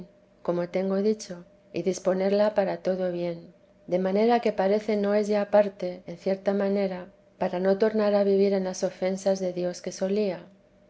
como tengo dicho y disponerla para todo bien de manera que parece no es ya parte en cierta manera para no tornar a vivir en las ofensas de dios que solía